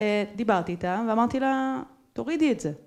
אה... דיברתי איתה, ואמרתי לה, "תורידי את זה".